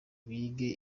bige